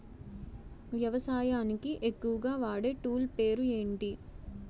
వ్యవసాయానికి ఎక్కువుగా వాడే టూల్ పేరు ఏంటి?